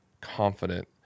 confident